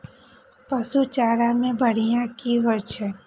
पशु चारा मैं बढ़िया की होय छै?